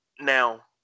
Now